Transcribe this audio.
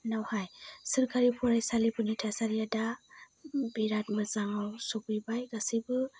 नावहाय सोरखारि फरायसालिफोरनि थासारिया दा बेराथ मोजांआव सौफैबाय गासैबो